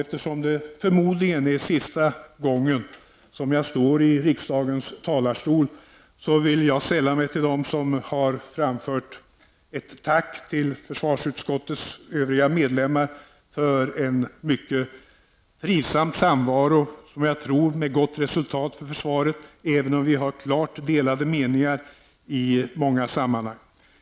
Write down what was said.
Eftersom detta förmodligen är den sista gången jag står i riksdagens talarstol, vill jag sälla mig till dem som har framfört ett tack till försvarsutskottets övriga medlemmar för en mycket trivsam samvaro, som jag tror också har gett upphov till ett gott resultat för försvaret, även om vi i många frågor har klart delade meningar.